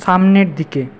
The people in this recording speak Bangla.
সামনের দিকে